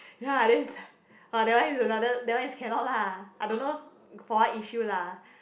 ya then is like that one is another that one is cannot lah I don't know for what issue lah